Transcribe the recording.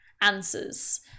answers